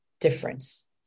difference